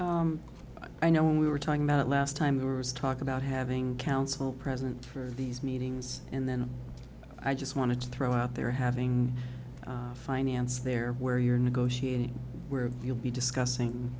i know when we were talking about last time there was talk about having council president for these meetings and then i just want to throw out there having finance there where you're negotiating where you'll be discussing